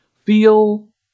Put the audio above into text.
feel